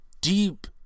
deep